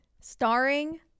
starring